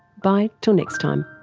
bye till next time